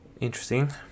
Interesting